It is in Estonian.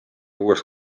uuest